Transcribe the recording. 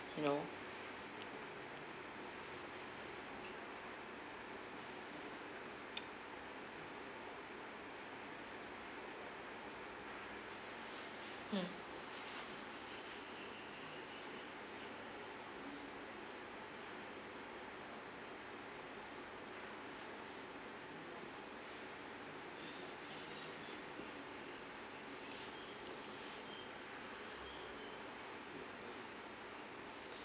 you know mm